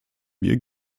wir